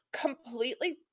completely